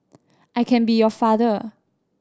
I can be your father